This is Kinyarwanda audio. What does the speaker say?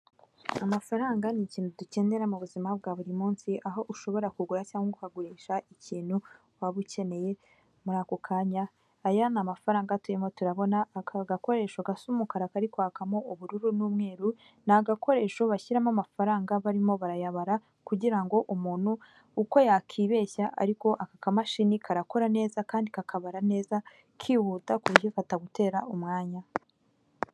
Amafaranga ni ikintu dukenera mu buzima bwa buri munsi aho ushobora kugura cyangwa ukagurisha ikintu waba ukeneye muri ako kanya, aya ni amafaranga turimo turabona aka gakoresho gasa umukara kari kwakamo ubururu n'umweru ni agakoresho bashyiramo amafaranga barimo barayabara kugira ngo umuntu uko yakibeshya ariko aka ka mashini karakora neza kandi kakabara neza kihuta ku buryo katagutera umwanya.